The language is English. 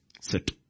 Sit